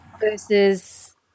Versus